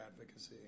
advocacy